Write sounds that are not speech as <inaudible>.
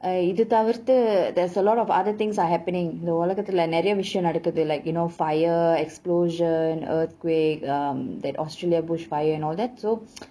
uh இது தவிர்த்து:ithu thavirthu there's a lot of other things are happening இந்த உலகத்துல நெறய விஷயம் நடக்குது:intha ulagathula neraya vishayam nadakkuthu like you know fire explosion earthquake um that australia bushfire and all that so <noise>